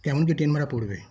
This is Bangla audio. কেমন কী ট্রেন ভাড়া পড়বে